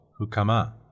hukama